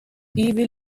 evil